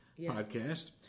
podcast